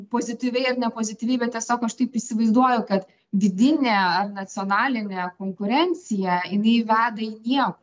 pozityviai ar nepozityviai bet tiesiog aš taip įsivaizduoju kad vidinė ar nacionalinė konkurencija jinai veda į nie